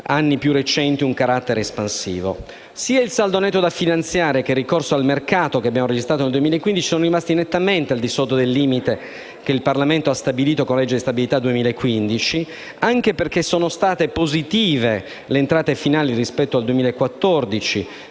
anni più recenti un carattere espansivo. Sia il saldo netto da finanziare che il ricorso al mercato che abbiamo registrato nel 2015 sono rimasti nettamente al di sotto del limite che il Parlamento ha stabilito con la legge di stabilità 2015, anche perché sono state positive le entrate finali rispetto al 2014